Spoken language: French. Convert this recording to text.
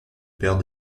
paire